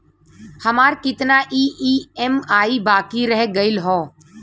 हमार कितना ई ई.एम.आई बाकी रह गइल हौ?